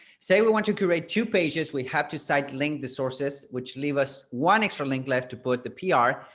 say we want you to create two pages we have to cite link the sources which leave us one extra link left to put the pr,